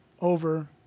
over